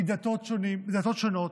מדתות שונות,